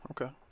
okay